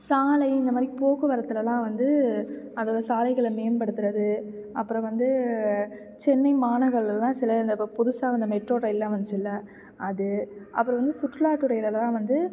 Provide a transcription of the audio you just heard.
சாலை இந்த மாதிரி போக்குவரத்திலலாம் வந்து அதோடய சாலைகளை மேம்படுத்துவது அப்புறம் வந்து சென்னை மாநகரிலெல்லாம் சில இந்த இப்போ புதுசாக வந்த மெட்ரோ ரயில்லாம் வந்துச்சுல்ல அது அப்புறம் வந்து சுற்றுலாத்துறையிலெல்லாம் வந்து